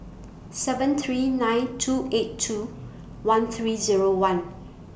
seven three nine two eight two one three Zero one